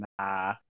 Nah